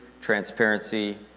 transparency